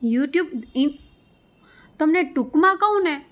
YouTube in તમને ટૂંકમાં કહું ને